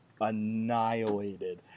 annihilated